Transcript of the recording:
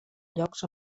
llocs